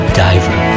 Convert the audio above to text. diver